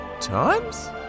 times